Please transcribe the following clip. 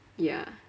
ya